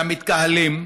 למתקהלים,